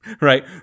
right